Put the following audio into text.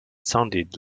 sounded